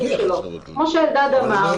כמו שאלדד אמר,